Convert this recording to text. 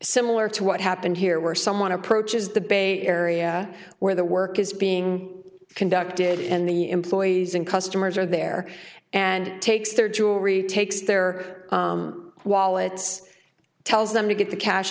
similar to what happened here where someone approaches the bay area where the work is being conducted and the employees and customers are there and takes their jewelry takes their wallets tells them to get the cash